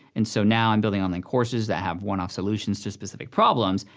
and so now, i'm building online courses that have one-off solutions to specific problems,